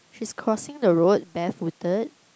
she's crossing the road barefooted